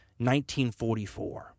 1944